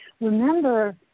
remember